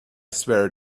swear